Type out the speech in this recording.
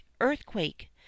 earthquake